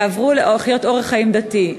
יעברו לאורח חיים דתי,